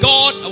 God